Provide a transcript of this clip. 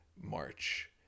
March